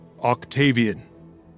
Octavian